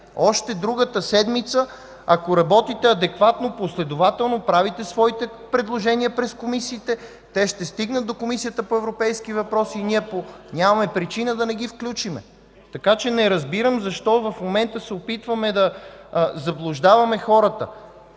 Още другата седмица, ако работите адекватно, последователно, правите своите предложения през комисиите, те ще стигнат до Комисията по европейските въпроси и контрол на европейските фондове и няма причина да не ги включим. Не разбирам защо в момента се опитвате да заблуждавате хората.